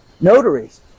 notaries